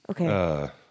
Okay